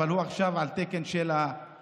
אבל הוא עכשיו על תקן של יושב-ראש,